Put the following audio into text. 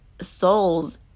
souls